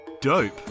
dope